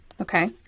okay